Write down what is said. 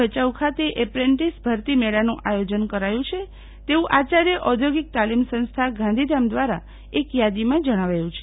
ભયાઉ ખાતે એપ્રેન્ટીશ ભરતી મેળાનું આયોજન કરાયું છે તેવું આયાર્થ ઔધોગિક તાલીમ સંસ્થા ગાંધીધામ દ્વારા એક યાદીમાં જણાવાયું છે